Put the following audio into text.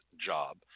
job